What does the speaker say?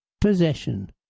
Possession